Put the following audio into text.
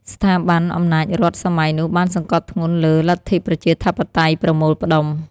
ស្ថាប័នអំណាចរដ្ឋសម័យនោះបានសង្កត់ធ្ងន់លើ "លទ្ធិប្រជាធិបតេយ្យប្រមូលផ្តុំ"។